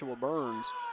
Burns